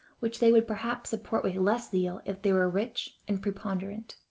which they would perhaps support with less zeal if they were rich and preponderant.